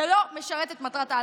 זה לא משרת את מטרת-העל.